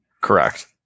Correct